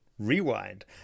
Rewind